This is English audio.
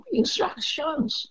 instructions